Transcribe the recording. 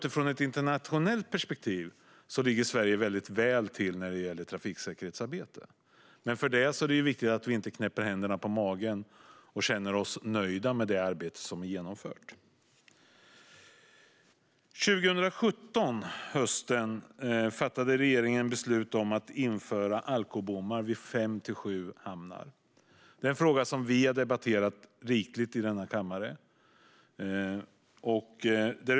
I ett internationellt perspektiv ligger Sverige väl till när det gäller trafiksäkerhetsarbete. Men det är ändå viktigt att vi inte knäpper händerna på magen och känner oss nöjda med det arbete som genomförts. Hösten 2017 fattade regeringen beslut om att införa alkobommar vid fem till sju hamnar. Det är en fråga som vi har debatterat mycket i denna kammare.